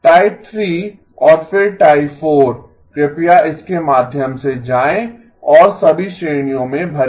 type 3 और फिर type 4 कृपया इसके माध्यम से जाएँ और सभी श्रेणियों में भरें